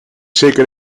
zeker